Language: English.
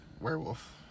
werewolf